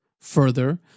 Further